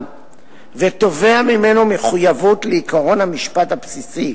ותובע ממנו מחויבות לעקרון המשפט הבסיסי,